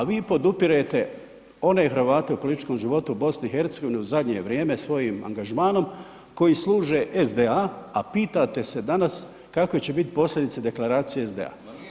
A vi podupirete one Hrvate u političkom životu u BiH u zadnje vrijeme svojim angažmanom koji služe SDA, a pitate se danas kakve će biti posljedice deklaracije SDA.